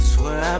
Swear